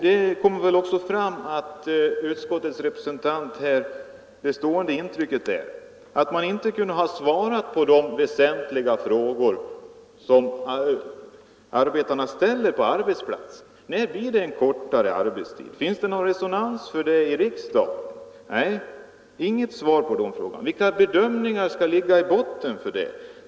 Det kvarstående intrycket av vad utskottets representant sagt är att det inte har givits något svar på de väsentliga frågor som arbetarna ute på arbetsplatserna ställer: När får vi kortare arbetstid? Finns det någon resonans för det kravet i riksdagen? De frågorna har det som sagt inte lämnats något svar på. Och vilka bedömningar kan ligga i botten där?